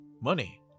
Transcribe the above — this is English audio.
money